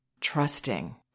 trusting